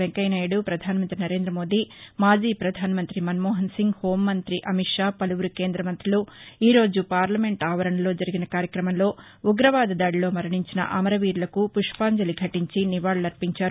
వెంకయ్యనాయుడు ప్రధాన మంతి నరేంద్రమోదీ మాజీ పధాన మంత్రి మన్మోహన్సింగ్ హోంమంతి అమిత్ షా పలువురు కేంద మంతులు ఈరోజు పార్లమెంట్ ఆవరణలో జరిగిన కార్యక్రమంలో ఉగ్రవాద దాడిలో మరణించిన అమరవీరులకు పుష్పొంజలి ఘటించి నివాళులర్పించారు